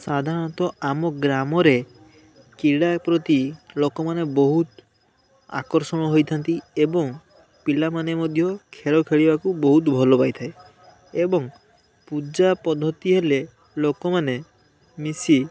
ସାଧାରଣତଃ ଆମ ଗ୍ରାମରେ କ୍ରୀଡ଼ା ପ୍ରତି ଲୋକମାନେ ବହୁତ ଆକର୍ଷଣ ହୋଇଥାନ୍ତି ଏବଂ ପିଲାମାନେ ମଧ୍ୟ ଖେଳ ଖେଳିବାକୁ ବହୁତ ଭଲ ପାଇଥାଏ ଏବଂ ପୂଜା ପଦ୍ଧତି ହେଲେ ଲୋକମାନେ ମିଶି